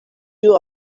you